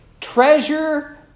Treasure